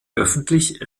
öffentlich